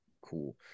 cool